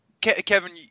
Kevin